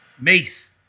Mace